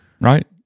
right